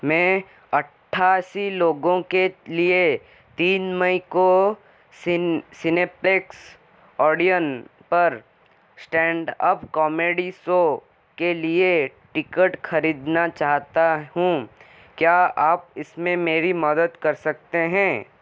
मैं अठ्ठासी लोगों के लिए तीन मई को सिन सिनेप्लेक्स ओडियन पर स्टैण्डअप कॉमेडी शो के लिए टिकट खरीदना चाहता हूँ क्या आप इसमें मेरी मदद कर सकते हैं